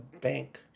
bank